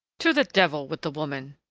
to the devil with the woman!